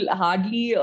hardly